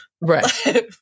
Right